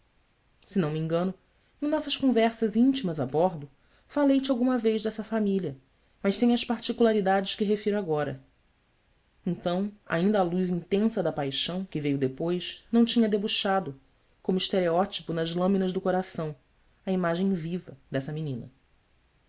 se não me engano em nossas conversas íntimas a bordo falei te alguma vez dessa família mas sem as particularidades que refiro agora então ainda a luz intensa da paixão que veio depois não tinha debuxado como estereótipo nas lâminas do coração a imagem viva dessa menina